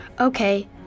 Okay